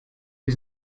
sie